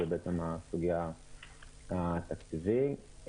זו הסוגיה התקציבית.